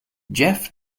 jeff